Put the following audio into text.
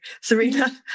Serena